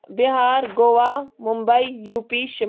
Bihar Goa Mumbai UP شِم